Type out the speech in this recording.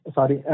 Sorry